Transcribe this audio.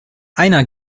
einer